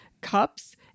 cups